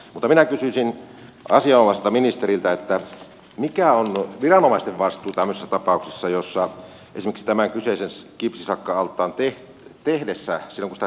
mutta minä kysyisin asianomaiselta ministeriltä mikä on viranomaisten vastuu tämmöisissä tapauksissa kuin esimerkiksi tätä kyseistä kipsisakka allasta tehtäessä